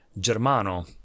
Germano